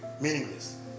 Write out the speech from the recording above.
meaningless